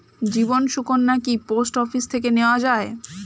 জীবন সুকন্যা কি post office থেকে নেওয়া যায়?